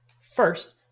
First